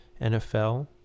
NFL